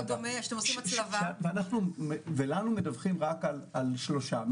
ולנו מדווחים רק על שלושה.